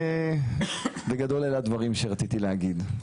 אלה הדברים שרציתי להגיד.